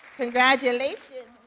congratulations.